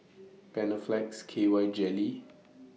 Panaflex K Y Jelly